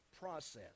process